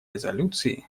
резолюции